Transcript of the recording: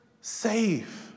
safe